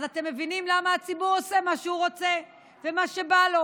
אז אתם מבינים למה הציבור עושה מה שהוא רוצה ומה שבא לו?